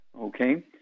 Okay